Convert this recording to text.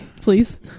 please